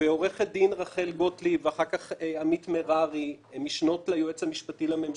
ועורכת דין רחל גוטליב ואחר כך עמית מררי המשנות ליועץ המשפטי לממשלה,